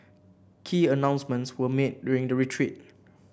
key announcements were made during the retreat